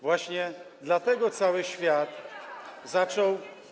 Właśnie dlatego cały świat zaczął.